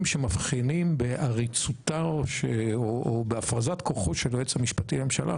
שמבחינים בהפרזת כוחו של היועץ המשפטי לממשלה.